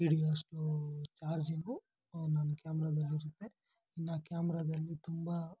ಹಿಡಿಯೋವಷ್ಟು charging ನನ್ನ ಕ್ಯಾಮ್ರದಲ್ಲಿರುತ್ತೆ ಇನ್ನು ಆ ಕ್ಯಾಮ್ರದಲ್ಲಿ ತುಂಬ